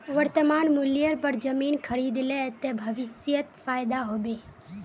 वर्तमान मूल्येर पर जमीन खरीद ले ते भविष्यत फायदा हो बे